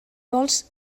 vols